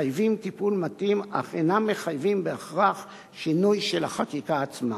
מחייבים טיפול מתאים אך אינם מחייבים בהכרח שינוי של החקיקה עצמה.